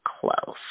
close